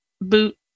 boot